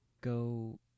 go